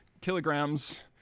kilograms